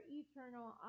eternal